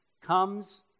comes